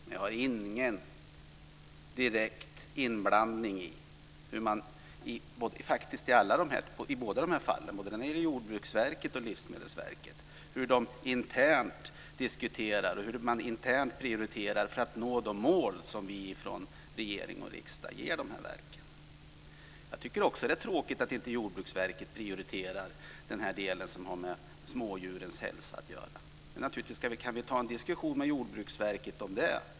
Men jag har när det gäller både Jordbruksverket och Livsmedelsverket ingen inblandning i hur de internt diskuterar och hur de internt prioriterar för att nå de mål som vi från regeringen och riksdag ger verken. Jag tycker också att det är tråkigt att Jordbruksverket inte prioriterar den del som har med smådjurens hälsa att göra. Vi kan naturligtvis ta en diskussion med Jordbruksverket om det.